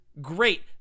Great